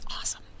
awesome